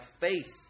faith